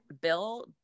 Bill